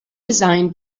design